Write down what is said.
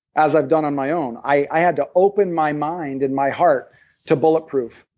as i've done on my own. i had to open my mind and my heart to bulletproof.